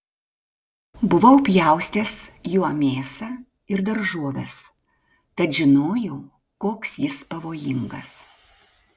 buvau pjaustęs juo mėsą ir daržoves tad žinojau koks jis pavojingas